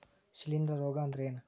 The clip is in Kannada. ಶಿಲೇಂಧ್ರ ರೋಗಾ ಅಂದ್ರ ಏನ್?